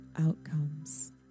outcomes